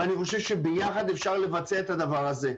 ואני חושב שביחד אפשר לבצע את הדבר הזה.